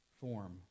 form